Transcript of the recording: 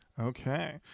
Okay